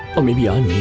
or maybe i'm